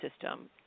system